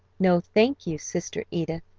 no, thank you, sister edith,